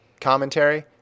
commentary